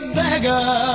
beggar